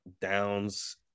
downs –